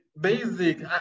basic